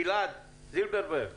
גלעד זילברברג,